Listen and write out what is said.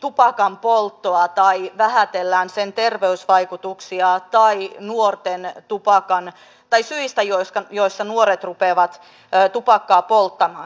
tupakanpolttoa tai vähätellään sen terveysvaikutuksia tai syitä miksi nuoret rupeavat tupakkaa polttamaan